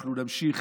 אנחנו נמשיך,